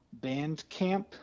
Bandcamp